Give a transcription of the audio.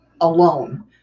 alone